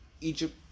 Egypt